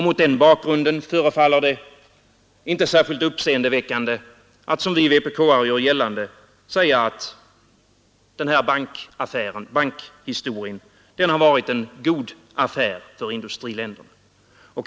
Mot den bakgrunden förefaller det inte särskilt uppseendeväckande att, som vi vpk:are gör, säga att Världsbanken varit en god affär för industriländerna.